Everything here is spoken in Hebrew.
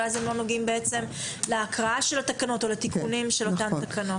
אבל אז הם לא נוגעים להקראה או לתיקונים של אותן תקנות.